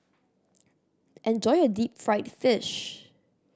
enjoy your deep fried fish